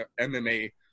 MMA –